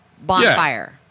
bonfire